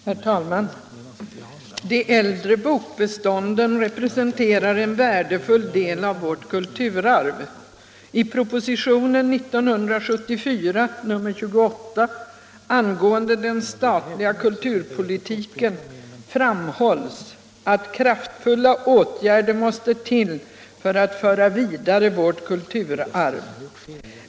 Herr talman! De äldre bokbestånden representerar en värdefull del av vårt kulturarv. I propositionen 28 år 1974 angående den statliga kulturpolitiken framhålls att kraftfulla åtgärder måste till för att föra vidare vårt kulturarv.